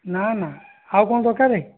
ନା ନା ଆଉ କ'ଣ ଦରକାରେ